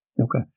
Okay